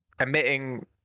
emitting